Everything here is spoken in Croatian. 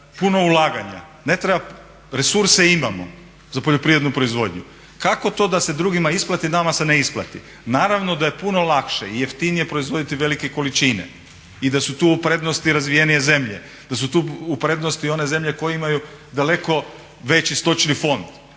ne treba, resurse imamo za poljoprivrednu proizvodnju. Kako to da se drugima isplati a nama se ne isplati? Naravno da je puno lakše i jeftinije proizvoditi velike količine i da su tu u prednosti razvijenije zemlje, da su tu u prednosti i one zemlje koje imaju daleko veći stočni fond.